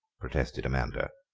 protested amanda.